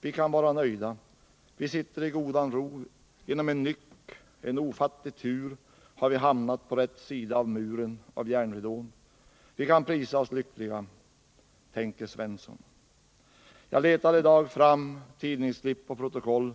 Vi kan vara nöjda. Vi sitter i godan ro. Genom en nyck, en ofattlig tur har vi hamnat på rätt sida av muren, av järnridån. Vi kan prisa oss lyckliga — tänker Svensson. Jag letade i dag fram tidningsklipp och protokoll